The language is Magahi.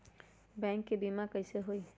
बैंक से बिमा कईसे होई?